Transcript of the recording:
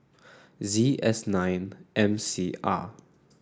Z S nine M C R